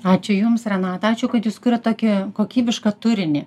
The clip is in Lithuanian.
ačiū jums renata ačiū kad jūs kuriat tokį kokybišką turinį